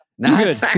good